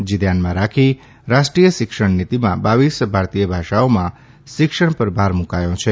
જે તે ધ્યાનમાં રાખી રાષ્ટ્રીય શિક્ષણ નીતીમાં બાવીસ ભારતીય ભાષાઓમાં શિક્ષણ પર ભાર મુકાથો છે